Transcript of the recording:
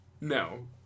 No